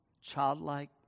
childlike